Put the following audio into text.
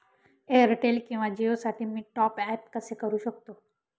Airtel किंवा जिओसाठी मी टॉप ॲप कसे करु शकतो?